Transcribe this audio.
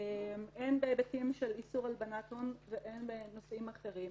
הן בהיבטים של איסור הלבנת הון והן בנושאים אחרים.